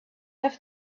have